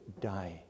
die